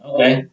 Okay